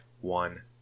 One